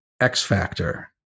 X-Factor